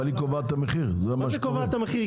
אבל היא קובעת את המחיר --- מה זה קובעת את המחיר?